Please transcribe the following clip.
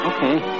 Okay